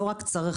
לא רק צרכן,